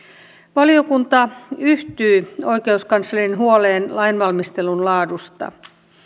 valiokunta yhtyy oikeuskanslerin huoleen lainvalmistelun laadusta